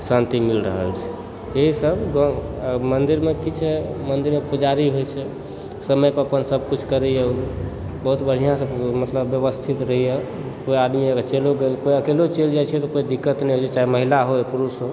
शान्ति मिल रहल छै एहिसभ गाँव मन्दिरमे किछु मन्दिरमे पुजारी होइ छै समय पर अपन सभ किछु करैए ओ बहुत बढ़िआँसँ मतलब व्यवस्थित रहैए पूरा आदमी अगर चलियो गेल केओ अकेले चलि जाइ छै तऽ कोइ दिक्कत नहि होइत छै चाहे महिला हो पुरुष हो